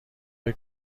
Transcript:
های